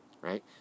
right